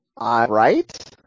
Right